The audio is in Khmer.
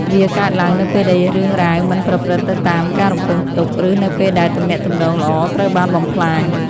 វាកើតឡើងនៅពេលដែលរឿងរ៉ាវមិនប្រព្រឹត្តទៅតាមការរំពឹងទុក ឬនៅពេលដែលទំនាក់ទំនងល្អត្រូវបានបំផ្លាញ។